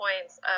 points